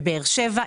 בבאר שבע.